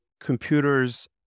computers